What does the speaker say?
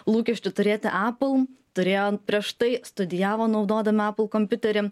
lūkesčiu turėti apple turėjo prieš tai studijavo naudodami apple kompiuterį